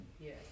yes